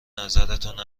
نظرتون